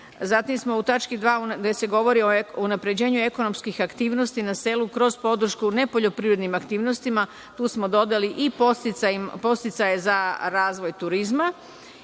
Zatim smo u tački) 2. gde se govori o unapređenju ekonomskih aktivnosti na selu, kroz podršku nepoljoprivrednim aktivnostima dodali i podsticaja za razvoj turizma.